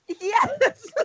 Yes